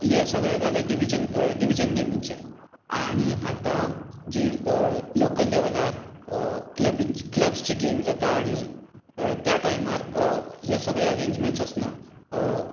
हें सगळें जालें डिवि डिवीजन गेमीचे आनी आता जी लोकल लेवलार कल्ब क्लबसची गेम जाता आनी त्या टायमार हें सगळे अरेंजमेंट्स आसना